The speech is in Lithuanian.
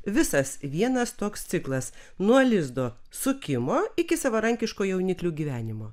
visas vienas toks ciklas nuo lizdo sukimo iki savarankiško jauniklių gyvenimo